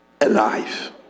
alive